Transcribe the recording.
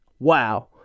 Wow